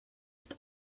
with